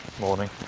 morning